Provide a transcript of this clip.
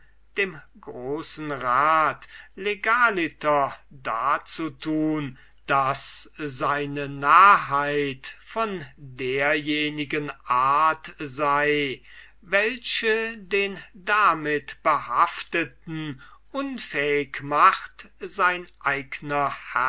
dem großen rat legaliter darzutun daß seine narrheit von derjenigen art sei welche den damit behafteten unfähig macht sein eigner